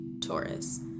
Taurus